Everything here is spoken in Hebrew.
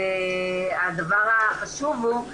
והדבר החשוב הוא,